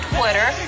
Twitter